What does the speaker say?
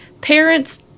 parents